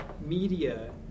Media